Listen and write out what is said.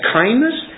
kindness